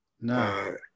No